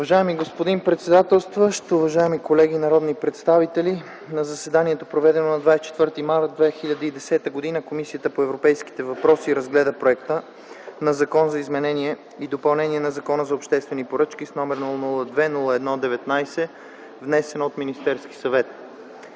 Уважаеми господин председател, уважаеми колеги народни представители! „На заседанието, проведено на 24 март 2010 г., Комисията по европейските въпроси разгледа Законопроект за изменение и допълнение на Закона за обществените поръчки, № 002-01-19, внесен от Министерския съвет.